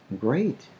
great